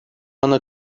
ana